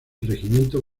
regimiento